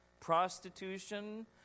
Prostitution